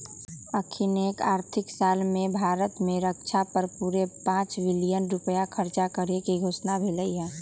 अखनीके आर्थिक साल में भारत में रक्षा पर पूरे पांच बिलियन रुपइया खर्चा करेके घोषणा भेल हई